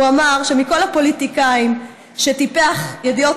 הוא אמר שמכל הפוליטיקאים שטיפח ידיעות